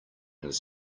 this